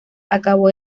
acabó